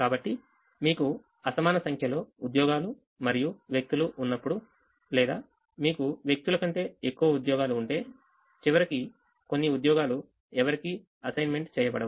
కాబట్టి మీకు అసమాన సంఖ్యలో ఉద్యోగాలు మరియు వ్యక్తులు ఉన్నప్పుడు లేదా మీకు వ్యక్తుల కంటే ఎక్కువ ఉద్యోగాలు ఉంటే చివరికి కొన్ని ఉద్యోగాలు ఎవరికీఅసైన్మెంట్ చేయబడవు